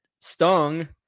stung